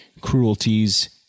Cruelties